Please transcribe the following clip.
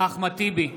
אחמד טיבי,